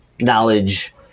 knowledge